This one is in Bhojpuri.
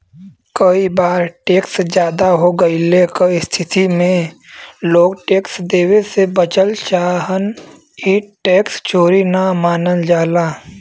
कई बार टैक्स जादा हो गइले क स्थिति में लोग टैक्स देवे से बचल चाहन ई टैक्स चोरी न मानल जाला